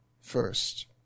first